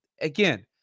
again